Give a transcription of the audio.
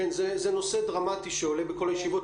כן, זה נושא דרמטי שעולה בכל הישיבות.